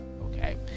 Okay